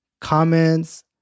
comments